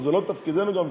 זה גם לא תפקידנו,